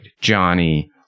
Johnny